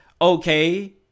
okay